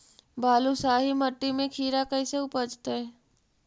बालुसाहि मट्टी में खिरा कैसे उपजतै?